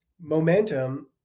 momentum